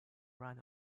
run